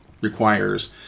requires